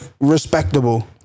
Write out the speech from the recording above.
respectable